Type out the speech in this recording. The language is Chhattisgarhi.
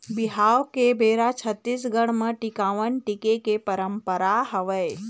बिहाव के बेरा छत्तीसगढ़ म टिकावन टिके के पंरपरा हवय